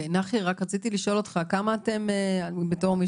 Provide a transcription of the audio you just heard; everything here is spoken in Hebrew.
נחי, יש